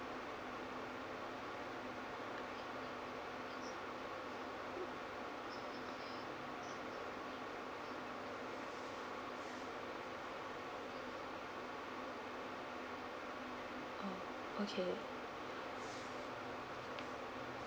uh okay